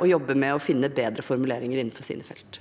og jobber med å finne bedre formuleringer innenfor sine felt.